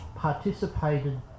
participated